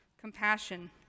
compassion